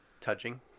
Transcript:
Touching